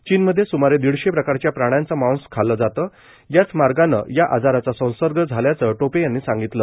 चीनमध्ये स्मारे दीडशे प्रकारच्या प्राण्यांचं मांस खाल्लं जातं याच मार्गाने या आजाराचा संसर्ग झाल्याचं टोपे यांनी सांगितलं